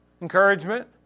Encouragement